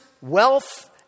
wealth